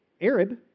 Arab